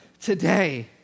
Today